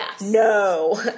No